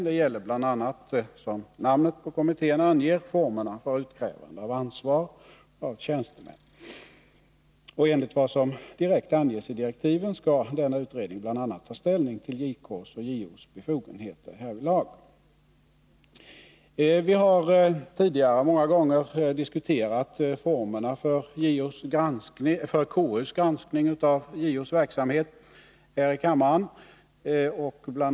Det gäller bl.a., som namnet på kommittén anger, formerna för utkrävande av ansvar av tjänstemän. Enligt vad som direkt anges i direktiven skall denna utredning bl.a. ta ställning till JK:s och JO:s befogenheter härvidlag. Vi har tidigare många månger diskuterat formerna för konstitutionsutskottets granskning av JO:s verksamhet här i kammaren. Bl.